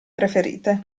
preferite